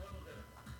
אני מאוד אודה לך.